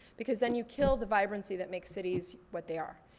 because then you kill the vibrancy that make cities what they are.